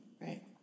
Right